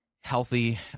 healthy